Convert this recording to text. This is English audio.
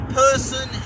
person